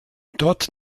dort